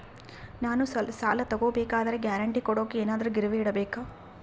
ನಾನು ಸಾಲ ತಗೋಬೇಕಾದರೆ ಗ್ಯಾರಂಟಿ ಕೊಡೋಕೆ ಏನಾದ್ರೂ ಗಿರಿವಿ ಇಡಬೇಕಾ?